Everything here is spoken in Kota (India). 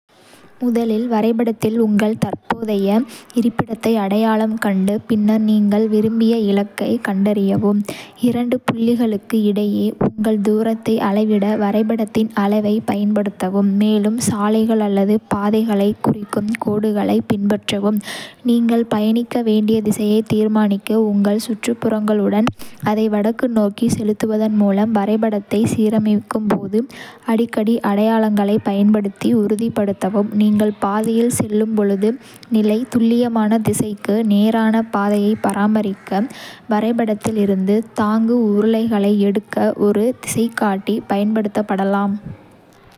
முதலில் வரைபடத்தில் உங்கள் தற்போதைய இருப்பிடத்தை அடையாளம் கண்டு, பின்னர் நீங்கள் விரும்பிய இலக்கைக் கண்டறியவும். இரண்டு புள்ளிகளுக்கு இடையே உள்ள தூரத்தை அளவிட வரைபடத்தின் அளவைப் பயன்படுத்தவும், மேலும் சாலைகள் அல்லது பாதைகளைக் குறிக்கும் கோடுகளைப் பின்பற்றவும், நீங்கள் பயணிக்க வேண்டிய திசையைத் தீர்மானிக்க உங்கள் சுற்றுப்புறங்களுடன் (அதை வடக்கு நோக்கிச் செலுத்துவதன் மூலம்) வரைபடத்தை சீரமைக்கும் போது. ​​அடிக்கடி அடையாளங்களைப் பயன்படுத்தி உறுதிப்படுத்தவும் நீங்கள் பாதையில் செல்லும்போது நிலை துல்லியமான திசைக்கு, நேரான பாதையை பராமரிக்க வரைபடத்தில் இருந்து தாங்கு உருளைகளை எடுக்க ஒரு திசைகாட்டி பயன்படுத்தப்படலாம்.